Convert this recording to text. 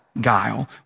guile